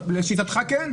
לשיטתך כן.